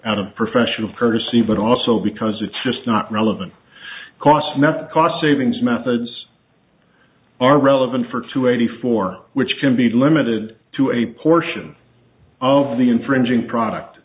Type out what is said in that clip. out of professional courtesy but also because it's just not relevant cost method cost savings methods are relevant for two eighty four which can be limited to a portion of the infringing product